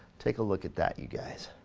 take a look at that you guys.